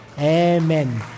Amen